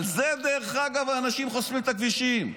על זה, דרך אגב, האנשים חוסמים את הכבישים.